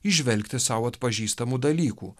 įžvelgti sau atpažįstamų dalykų